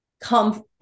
come